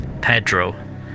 Pedro